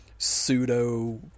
Pseudo